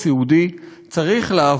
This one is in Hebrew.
חלק מסל הבריאות הציבורי.